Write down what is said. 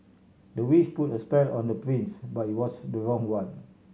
the witch put a spell on the prince but it was the wrong one